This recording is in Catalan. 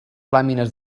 làmines